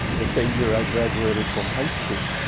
the same year i graduated from high school.